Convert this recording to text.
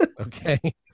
Okay